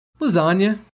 Lasagna